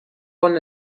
bon